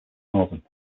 northern